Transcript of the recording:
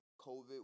COVID